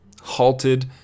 halted